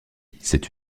c’est